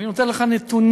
ואני נותן לך נתונים,